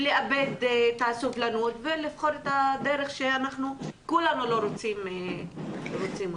ולאבד את הסבלנות ולבחור את הדרך שאנחנו כולנו לא רוצים אותה?